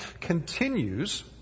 continues